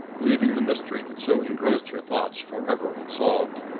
leaving the mystery that so engrossed her thoughts forever unsolved.